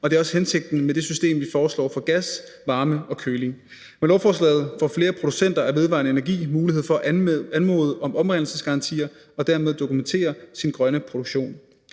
og det er også hensigten med det system, vi foreslår for gas, varme og køling. Med lovforslaget får flere producenter af vedvarende energi mulighed for at anmode om oprindelsesgarantier og dermed dokumentere deres grønne produktion.